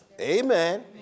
Amen